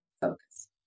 focus